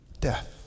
death